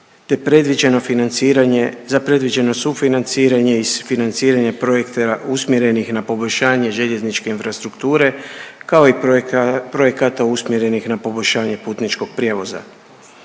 za predviđeno sufinanciranje i financiranje projekta usmjerenih na poboljšanje željezničke infrastrukture kao i projekata usmjerenih na poboljšanje putničkog prijevoza.